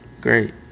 great